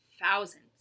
thousands